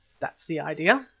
that's the idea,